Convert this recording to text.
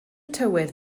tywydd